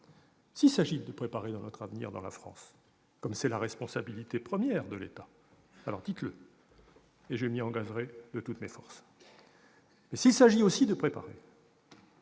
S'il s'agit de préparer notre avenir dans la France, comme c'est la responsabilité première de l'État, dites-le, et je m'y engagerai de toutes mes forces. Mais s'il s'agit aussi de préparer